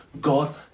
God